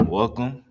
welcome